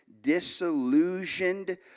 disillusioned